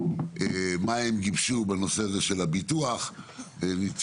אנחנו נצטרך לשמוע מה הם גיבשו בנושא של הביטוח ונצטרך